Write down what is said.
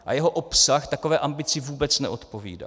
A jeho obsah takové ambici vůbec neodpovídá.